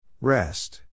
Rest